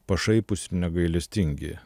pašaipūs negailestingi